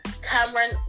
Cameron